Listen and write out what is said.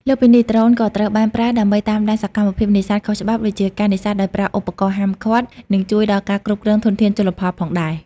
លើសពីនេះ ដ្រូនក៏ត្រូវបានប្រើដើម្បីតាមដានសកម្មភាពនេសាទខុសច្បាប់ ដូចជាការនេសាទដោយប្រើឧបករណ៍ហាមឃាត់ និងជួយដល់ការគ្រប់គ្រងធនធានជលផលផងដែរ។